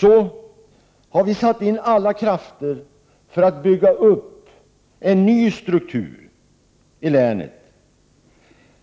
Därför har vi satt in alla krafter för att bygga upp en ny struktur i länet,